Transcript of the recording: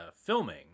filming